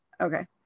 Okay